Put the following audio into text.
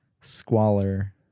squalor